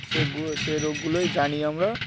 সেগুলো সে রোগগুলোই জানিয়ে আমরা